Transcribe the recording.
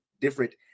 different